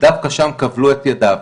דווקא שם כבלו את ידיו.